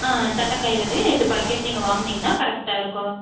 ஆ தட்டக்காய் விதைய எட்டு பாக்கெட் நீங்கள் வாங்குனிங்கனா கரெக்டாக இருக்கும்